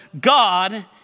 God